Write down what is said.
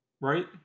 right